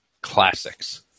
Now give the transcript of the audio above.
Classics